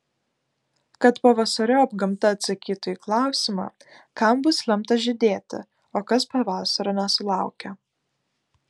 kad pavasariop gamta atsakytų į klausimą kam bus lemta žydėti o kas pavasario nesulaukė